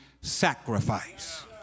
sacrifice